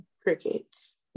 crickets